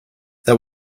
that